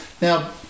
Now